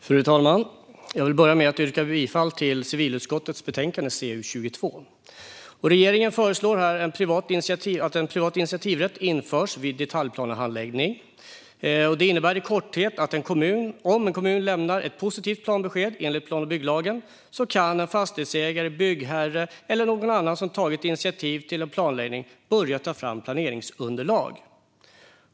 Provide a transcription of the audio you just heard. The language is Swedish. Fru talman! Jag yrkar bifall till förslaget i civilutskottets betänkande CU22. Regeringen föreslår här att en privat initiativrätt införs vid detaljplanehandläggning. Det innebär i korthet att om en kommun lämnar ett positivt planbesked enligt plan och bygglagen kan en fastighetsägare, en byggherre eller någon annan som tagit initiativ till planläggning börja ta fram planeringsunderlag.